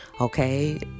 okay